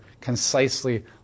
concisely